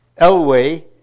Elway